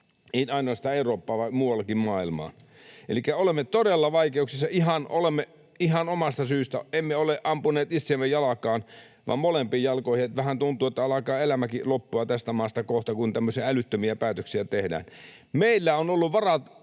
ei ainoastaan Eurooppaan vaan muuallekin maailmaan. Elikkä olemme todella vaikeuksissa, ihan olemme omasta syystä. Emme ole ampuneet itseämme jalkaan vaan molempiin jalkoihin. Että vähän tuntuu, että alkaa elämäkin loppua tästä maasta kohta, kun tämmöisiä älyttömiä päätöksiä tehdään. Meillä on ollut varaa